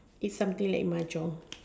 is something like Mahjong